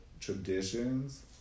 traditions